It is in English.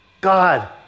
God